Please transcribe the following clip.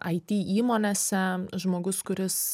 it įmonėse žmogus kuris